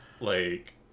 like-